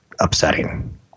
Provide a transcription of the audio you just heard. upsetting